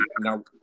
Now